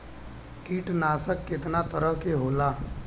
कीटनाशक केतना तरह के होला?